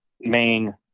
main